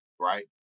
Right